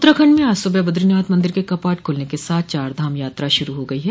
उत्तंराखण्ड में आज सुबह बद्रीनाथ मंदिर के कपाट खुलने के साथ चार धाम यात्रा शुरू हो गई है